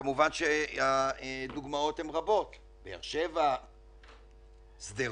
וכמובן שהדוגמאות הן רבות באר שבע, שדרות,